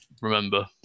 remember